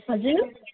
हजुर